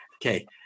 Okay